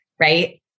right